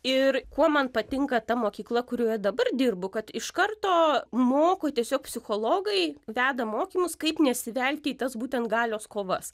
ir kuo man patinka ta mokykla kurioje dabar dirbu kad iš karto moko tiesiog psichologai veda mokymus kaip nesivelti į tas būtent galios kovas